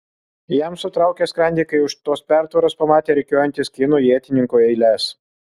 jam sutraukė skrandį kai už tos pertvaros pamatė rikiuojantis kinų ietininkų eiles